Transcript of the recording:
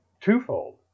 twofold